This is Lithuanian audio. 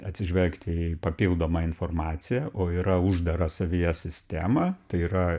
atsižvelgti į papildomą informaciją o yra uždara savyje sistema tai yra